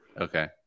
okay